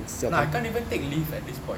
uh I can't even take leave at this point